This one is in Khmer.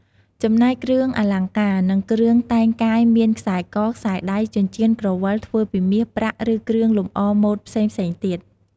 ចំណែកគ្រឿងអលង្ការ និងគ្រឿងតែងកាយមាន ខ្សែក ខ្សែដៃ ចិញ្ចៀន ក្រវិល ធ្វើពីមាស ប្រាក់ ឬគ្រឿងលម្អម៉ូតផ្សេងៗទៀត។